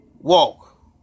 walk